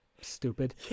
stupid